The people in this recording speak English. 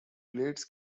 blades